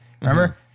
Remember